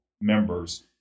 members